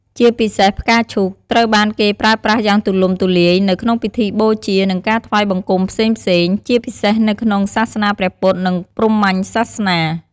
ជាពិសេស ផ្កាឈូក ត្រូវបានគេប្រើប្រាស់យ៉ាងទូលំទូលាយនៅក្នុងពិធីបូជា និងការថ្វាយបង្គំផ្សេងៗ ជាពិសេសនៅក្នុងសាសនាព្រះពុទ្ធ និងព្រហ្មញ្ញសាសនា។